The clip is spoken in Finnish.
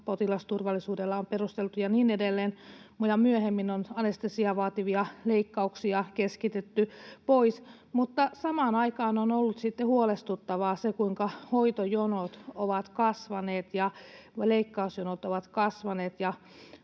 potilasturvallisuudella on perusteltu ja niin edelleen — ja myöhemmin on anestesiaa vaativia leikkauksia keskitetty pois, mutta samaan aikaan on ollut sitten huolestuttavaa se, kuinka hoitojonot ovat kasvaneet ja leikkausjonot ovat kasvaneet.